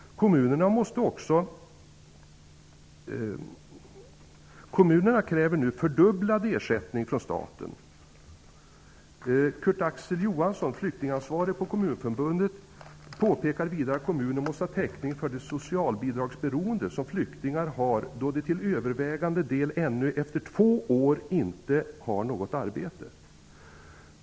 Kommunförbundet, påpekar vidare att kommunen måste ha täckning för det socialbidragsberoende som flyktingar har då de till övervägande del ännu efter två år inte har något arbete.